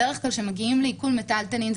בדרך כלל כשמגיעים לעיקול מיטלטלין זה